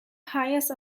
highest